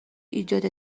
ایجاد